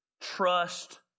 trust